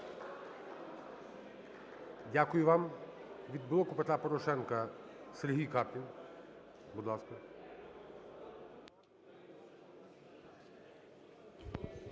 Дякую вам. Від "Блоку Петра Порошенка" – Сергій Каплін, будь ласка.